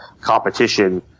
competition